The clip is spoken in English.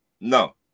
No